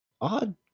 odd